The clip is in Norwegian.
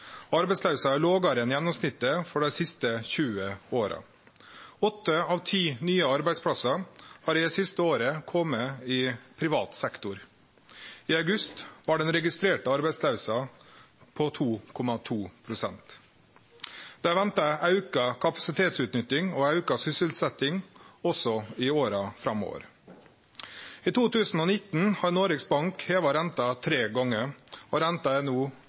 er lågare enn gjennomsnittet for dei siste 20 åra. Åtte av ti nye arbeidsplassar har det siste året kome i privat sektor. I august var den registrerte arbeidsløysa 2,2 pst. Det er venta auka kapasitetsutnytting og auka sysselsetjing også framover. I 2019 har Noregs Bank heva renta tre gonger, og renta er no